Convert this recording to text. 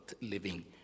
living